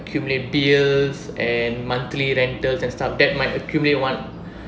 accumulate bills and monthly rentals and stuff that might accumulate [one]